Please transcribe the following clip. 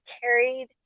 carried